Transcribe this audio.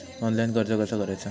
Online कर्ज कसा करायचा?